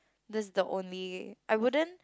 that's the only I wouldn't